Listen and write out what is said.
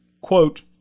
quote